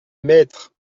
maîtres